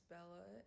Bella